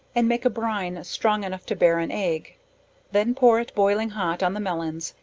and make a brine strong enough to bear an egg then pour it boiling hot on the melons,